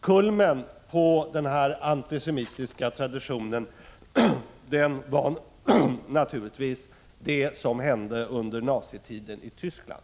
Kulmen på denna antisemitiska tradition var naturligtvis det som hände under nazitiden i Tyskland.